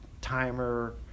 timer